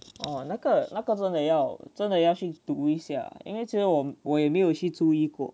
哦那个那个真的要真的要去读一下因为我我也没有去注意过